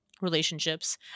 Relationships